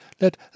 Let